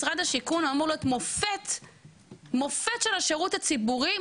משרד הדיור אמור פה להיות מופת של השירות הציבורי,